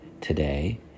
today